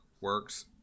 works